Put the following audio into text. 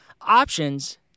options